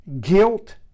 guilt